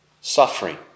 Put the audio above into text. suffering